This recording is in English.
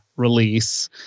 release